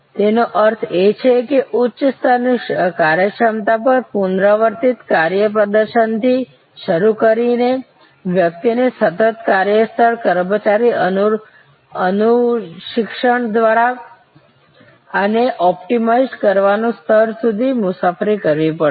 તેનો અર્થ એ છે કે ઉચ્ચ સ્તરની કાર્યક્ષમતા પર પુનરાવર્તિત કાર્ય પ્રદર્શનથી શરૂ કરીને વ્યક્તિએ સતત કાર્ય સ્થળ કર્મચારી અનુસિક્ષણ દ્વારા આને ઑપ્ટિમાઇઝ કરવાના સ્તર સુધી મુસાફરી કરવી પડશે